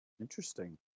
Interesting